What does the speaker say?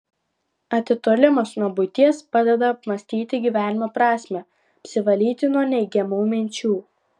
atitolimas nuo buities padeda apmąstyti gyvenimo prasmę apsivalyti nuo neigiamų minčių